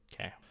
Okay